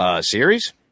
series